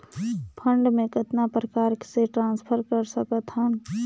Fund मे कतना प्रकार से ट्रांसफर कर सकत हन?